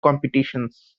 competitions